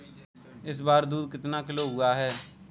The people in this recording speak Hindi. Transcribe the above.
इस बार दूध कितना किलो हुआ है?